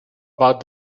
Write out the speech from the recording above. about